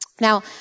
Now